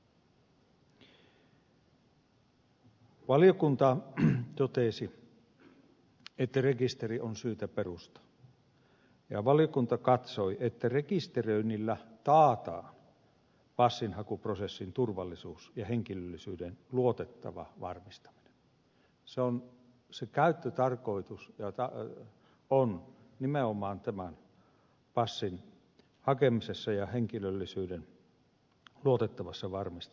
valiokunta totesi että rekisteri on syytä perustaa ja valiokunta katsoi että rekisteröinnillä taataan passinhakuprosessin turvallisuus ja henkilöllisyyden luotettava varmistaminen se käyttötarkoitus joka on nimenomaan tämän passin hakemisessa ja henkilöllisyyden luotettavassa varmistamisessa